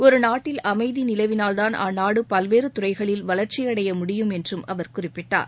ஒரு நாட்டில் அமைதி நிலவினால்தான் அந்நாடு பல்வேறு துறைகளில் வளர்ச்சியடைய முடியும் என்றும் அவர் குறிப்பிட்டார்